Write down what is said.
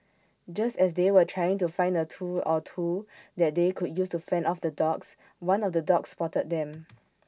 just as they were trying to find A tool or two that they could use to fend off the dogs one of the dogs spotted them